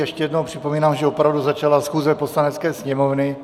Ještě jednou připomínám, že opravdu začala schůze Poslanecké sněmovny.